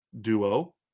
duo